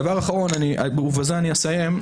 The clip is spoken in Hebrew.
דבר אחרון, ובזה אני אסיים.